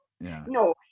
No